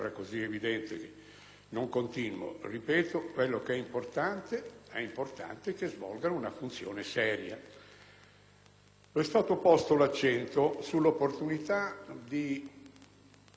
È stato posto l'accento sull'opportunità di intervenire fattivamente sulla disattivazione degli ordigni, sulla bonifica